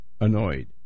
annoyed